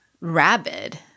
rabid